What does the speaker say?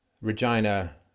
Regina